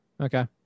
Okay